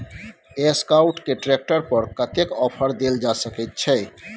Escort के tractor पर कतेक ऑफर दैल जा सकेत छै?